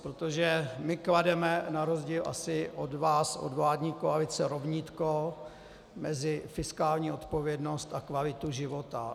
Protože my klademe, na rozdíl asi od vás, od vládní koalice, rovnítko mezi fiskální odpovědnost a kvalitu života.